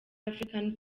african